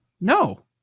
No